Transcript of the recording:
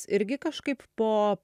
irgi kažkaip po